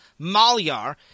Malyar